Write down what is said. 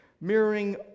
mirroring